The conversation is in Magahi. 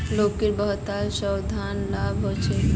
लौकीर बहुतला स्वास्थ्य लाभ ह छेक